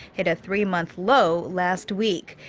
hit a three-month low last week.